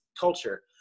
culture